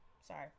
sorry